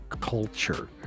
culture